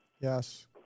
Yes